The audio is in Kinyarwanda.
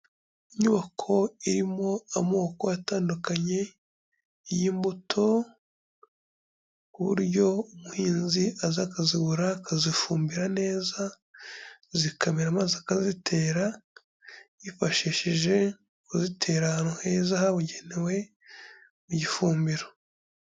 Inyubako irimo amoko atandukanye y'imbuto, ku buryo umuhinzi aza akazura akazifumbira neza zikamera amazi akazitera yifashishije uzitera ahantu heza habugenewe mu gifumbiro.